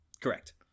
correct